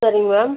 சரிங்க மேம்